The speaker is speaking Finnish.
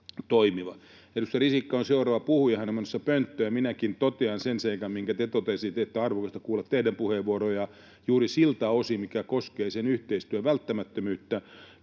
Edustaja Risikko on seuraava puhuja, hän on menossa pönttöön. Minäkin totean sen seikan, minkä te totesitte, että on arvokasta kuulla teidän puheenvuorojanne juuri siltä osin, mikä koskee sen yhteistyön välttämättömyyttä